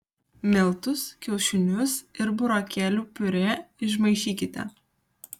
miltus kiaušinius ir burokėlių piurė išmaišykite